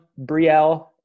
brielle